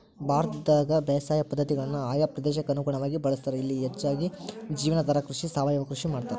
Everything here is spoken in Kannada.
ಭಾರತದಾಗ ಬೇಸಾಯ ಪದ್ಧತಿಗಳನ್ನ ಆಯಾ ಪ್ರದೇಶಕ್ಕ ಅನುಗುಣವಾಗಿ ಬಳಸ್ತಾರ, ಇಲ್ಲಿ ಹೆಚ್ಚಾಗಿ ಜೇವನಾಧಾರ ಕೃಷಿ, ಸಾವಯವ ಕೃಷಿ ಮಾಡ್ತಾರ